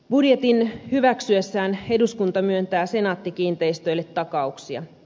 budjetin hyväksyessään eduskunta myöntää senaatti kiinteistöille takauksia